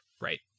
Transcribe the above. right